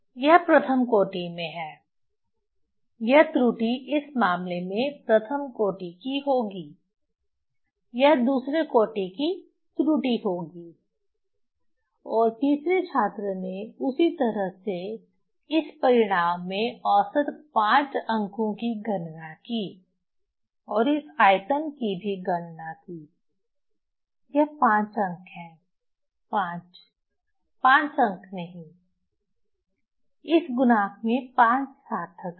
यह प्रथम कोटि में है यह त्रुटि इस मामले में प्रथम कोटि की होगी यह दूसरे कोटि की त्रुटि होगी और तीसरे छात्र ने उसी तरह से इस परिणाम में औसत 5 अंकों की गणना की और इस आयतन की भी गणना की यह 5 अंक है 5 5 अंक नहीं इस गुणांक के पांच सार्थक अंक